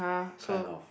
kind of